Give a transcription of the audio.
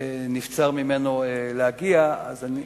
נבצר ממנו להגיע, אז אני,